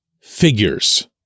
figures